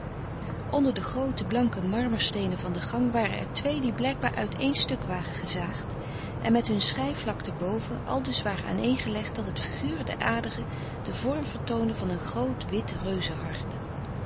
onder de groote blanke marmersteenen van den gang waren er twee die blijkbaar uit een stuk waren gezaagd en met hun schei vlakte boven aldus waren aaneengelegd dat het figuur der aderen den vorm vertoonde van een groot